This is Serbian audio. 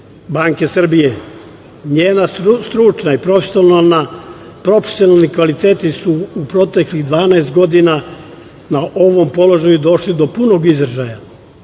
banke Srbije. Njeni stručni i profesionalni kapaciteti su u proteklih 12 godina na ovom položaju došli do punog izražaja